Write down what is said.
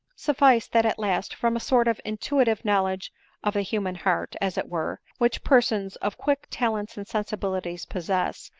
suffice, that at last, from a sort of intuitive knowledge of the human heart, as it were, which persons of quick talents and sensibilities possess,